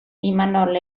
imanol